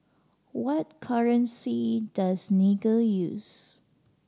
what currency does Niger use